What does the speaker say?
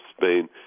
Spain